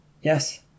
Yes